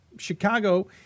Chicago